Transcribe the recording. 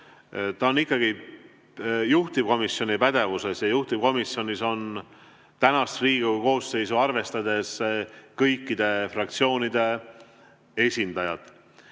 See on ikkagi juhtivkomisjoni pädevuses. Ja juhtivkomisjonis on tänast Riigikogu koosseisu arvestades kõikide fraktsioonide esindajad. Nüüd